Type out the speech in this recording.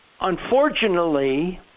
Unfortunately